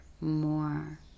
more